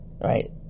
right